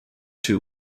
two